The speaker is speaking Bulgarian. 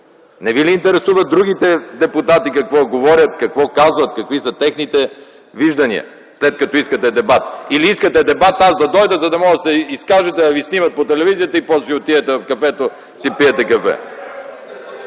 Не ви ли интересува другите депутати какво говорят, какво казват, какви са техните виждания, след като искате дебат? Или искате дебат, аз да дойда, за да може да се изкажете, да ви снимат по телевизията и после да си отидете в кафето, да си пиете кафе?!